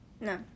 No